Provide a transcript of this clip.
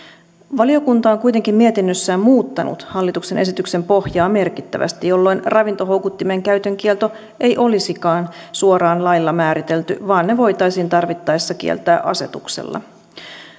valiokunta on kuitenkin mietinnössään muuttanut hallituksen esityksen pohjaa merkittävästi jolloin ravintohoukuttimen käytön kielto ei olisikaan suoraan lailla määritelty vaan ne voitaisiin tarvittaessa kieltää asetuksella